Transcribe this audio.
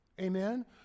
Amen